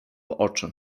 oczy